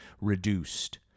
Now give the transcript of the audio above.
reduced